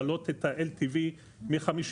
לעלות את ה-LTV מ-50,